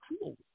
cool